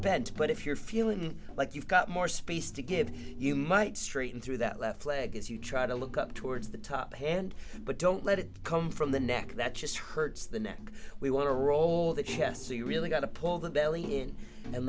bent but if you're feeling like you've got more space to give you might straighten through that left leg as you try to look up towards the top hand but don't let it come from the neck that just hurts the neck we want to roll the chest so you really got to pull the belly in and